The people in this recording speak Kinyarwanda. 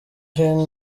hino